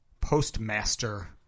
postmaster